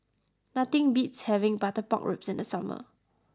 nothing beats having Butter Pork Ribs in the summer